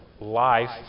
life